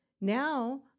Now